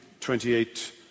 28